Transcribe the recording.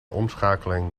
omschakeling